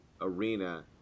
arena